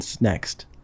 next